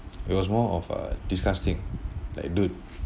it was more of a disgusting like dude